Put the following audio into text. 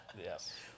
Yes